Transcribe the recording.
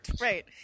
right